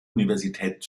universität